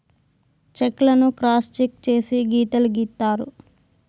check లను cross check చేసి గీతలు గీత్తారు